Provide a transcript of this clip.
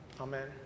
Amen